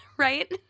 Right